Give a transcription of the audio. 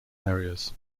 areas